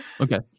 Okay